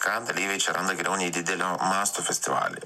ką dalyviai čia randa geriau nei didelio mąsto festivalyje